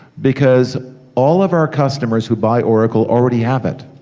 because all of our customers who buy oracle already have it.